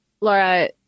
Laura